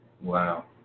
wow